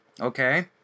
okay